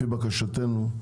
לפי בקשתנו,